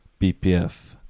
bpf